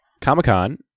Comic-Con